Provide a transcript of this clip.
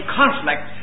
conflict